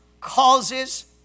causes